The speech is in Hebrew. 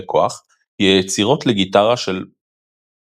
כוח היא היצירות לגיטרה Preludes של הייטור